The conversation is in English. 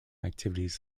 activities